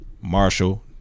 Marshall